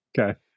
Okay